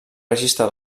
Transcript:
registre